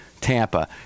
Tampa